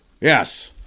yes